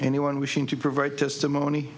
anyone wishing to provide testimony